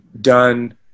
done